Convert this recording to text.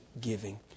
giving